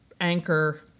anchor